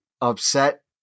upset